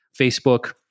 Facebook